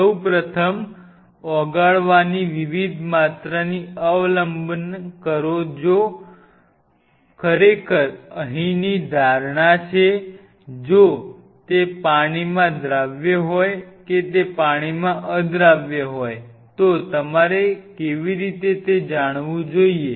સૌ પ્રથમ ઓગળવાની વિવિધ માત્રાની અવલંબન કરો જો અલબત્ત અહીંની ધારણા છે જો તે પાણીમાં દ્રાવ્ય હોય કે તે પાણીમાં અદ્રાવ્ય હોય તો તમારે કેવી રીતે તે જાણવું જોઈએ